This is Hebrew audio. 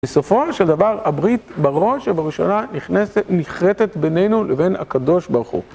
בסופו של דבר הברית בראש ובראשונה נכנסת, נחרטת בינינו לבין הקדוש ברוך הוא.